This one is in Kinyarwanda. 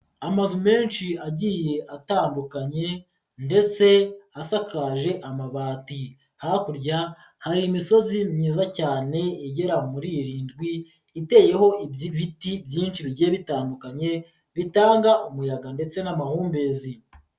Amazu menshi agiye atandukanye ndetse asakaje amabati hakurya, hari imisozi myiza cyane igera muri irindwi iteyeho ibiti byinshi bigiye bitandukanye bitanga umuyaga ndetse n'amahumbezi.